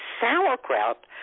sauerkraut